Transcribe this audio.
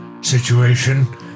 situation